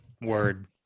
Word